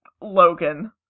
Logan